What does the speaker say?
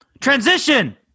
Transition